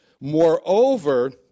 moreover